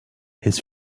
his